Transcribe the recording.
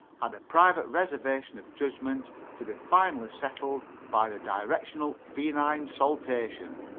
had a private reservation of judgment to be finally settled by the directional feline saltation.